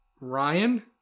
ryan